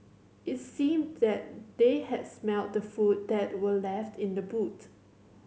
it seemed that they had smelt the food that were left in the boot